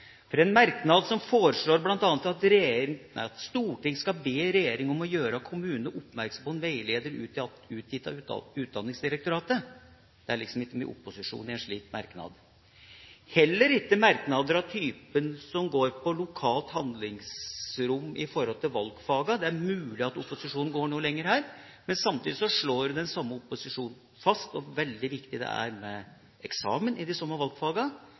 For en merknad der det foreslås at Stortinget skal be regjeringa om å gjøre kommunene oppmerksom på en veileder utgitt av Utdanningsdirektoratet, er det liksom ikke mye opposisjon i, heller ikke i merknader som går på lokalt handlingsrom når det gjelder valgfagene. Det er mulig at opposisjonen går noe lenger her, men samtidig slår den samme opposisjonen fast hvor viktig det er med eksamen i de